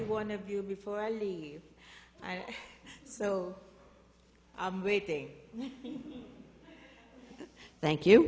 one of you before i leave i so i'm waiting thank you